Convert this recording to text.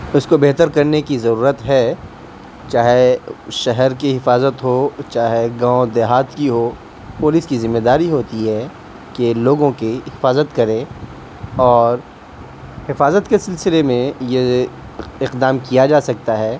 اس کو بہتر کرنے کی ضرورت ہے چاہے شہر کی حفاظت ہو چاہے گاؤں دیہات کی ہو پولیس کی ذمہ داری ہوتی ہے کہ لوگوں کی حفاظت کرے اور حفاظت کے سلسلے میں یہ اقدام کیا جا سکتا ہے